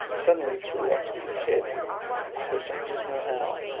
suddenly threw up his head and uttered a dismal howl.